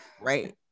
right